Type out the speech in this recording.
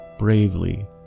bravely